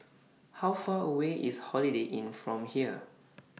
How Far away IS Holiday Inn from here